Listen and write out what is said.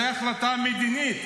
זו החלטה מדינית.